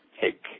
take